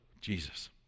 Jesus